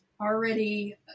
already